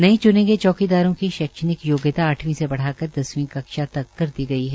न्ये च्ने गये चौकीदारों की शैक्षणिक योग्यता आठवीं से बढ़ाकर दसवीं कक्षा तक कर दी गई है